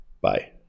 Bye